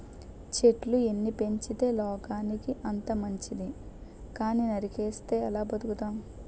చెట్లు ఎన్ని పెంచితే లోకానికి అంత మంచితి కానీ నరికిస్తే ఎలా బతుకుతాం?